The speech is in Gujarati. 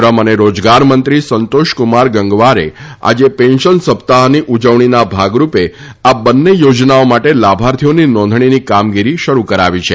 શ્રમ અને રોજગાર મંત્રી સંતોષ કુમાર ગંગવારે આજે પેન્શન સપ્તાહની ઉજવણીના ભાગ રૂપે આ બંને યોજનાઓ માટે લાભાર્થીઓની નોંધણીની કામગીરી શરૂ કરાવી છે